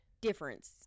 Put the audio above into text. difference